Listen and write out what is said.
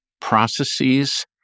processes